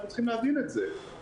אנחנו צריכים להבין את זה.